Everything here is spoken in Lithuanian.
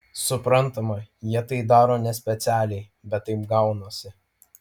suprantama jie tai daro nespecialiai bet taip gaunasi